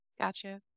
Gotcha